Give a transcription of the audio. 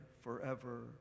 forever